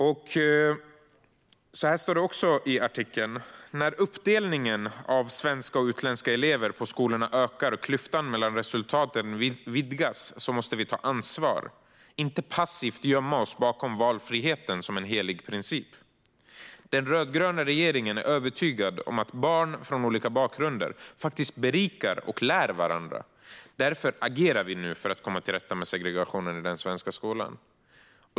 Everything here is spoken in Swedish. Elisabet Knutsson skrev även följande i sin artikel: När uppdelningen av svenska och utländska elever på skolorna ökar och klyftan mellan resultaten vidgas måste vi ta ansvar, inte passivt gömma oss bakom valfriheten som helig princip. Den rödgröna regeringen är övertygad om att barn från olika bakgrunder faktiskt berikar och lär varandra. Därför agerar vi nu för att komma till rätta med segregationen i den svenska skolan.